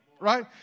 right